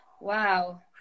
Wow